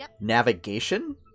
navigation